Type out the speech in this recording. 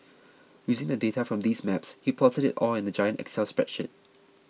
using the data from these maps he plotted it all in a giant excel spreadsheet